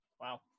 Wow